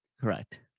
Correct